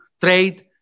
trade